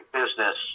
business